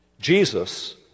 Jesus